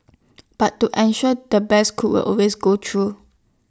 but to an shore the best cook will always go through